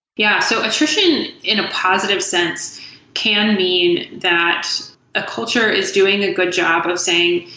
yeah. so attrition in a positive sense can mean that a culture is doing a good job of saying,